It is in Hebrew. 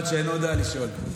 אחד שאינו יודע לשאול.